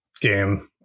game